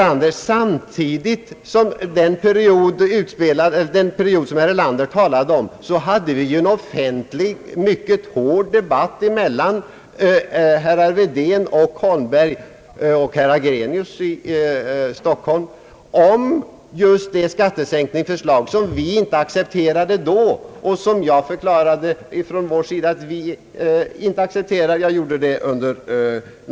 Under den period som herr Erlander talade om hade vi en offentlig, mycket hård debatt mellan herrar Wedén och Holmberg och herr Agrenius i Stockholm om just det skattesänkningsförslag, som jag vid nattens övningar förklarade att vi då inte kunde acceptera.